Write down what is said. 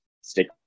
stick